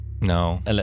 No